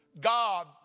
God